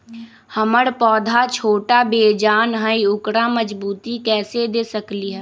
हमर पौधा छोटा बेजान हई उकरा मजबूती कैसे दे सकली ह?